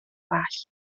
gwallt